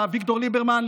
אביגדור ליברמן,